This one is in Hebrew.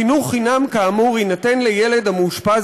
חינוך חינם כאמור יינתן לילד המאושפז